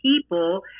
people